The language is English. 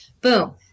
Boom